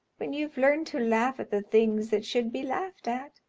when you've learned to laugh at the things that should be laughed at,